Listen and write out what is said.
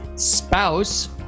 Spouse